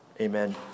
Amen